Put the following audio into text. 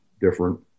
different